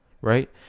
right